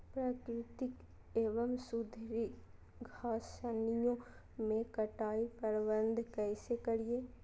प्राकृतिक एवं सुधरी घासनियों में कटाई प्रबन्ध कैसे करीये?